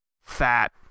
fat